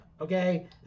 okay